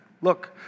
Look